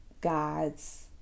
God's